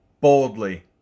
boldly